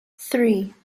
three